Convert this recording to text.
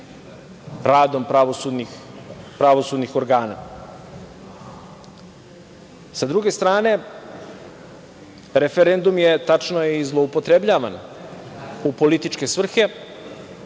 radom pravosudnih organa. Sa druge strane, referendum je, tačno je, zloupotrebljavan u političke svrhe